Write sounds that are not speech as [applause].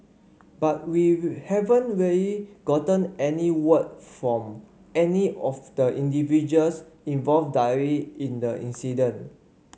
but we [unintelligible] haven't really gotten any word from any of the individuals involved directly in the incident